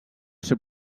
ser